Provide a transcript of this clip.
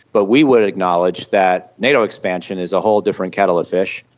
but we would acknowledge that nato expansion is a whole different kettle of fish,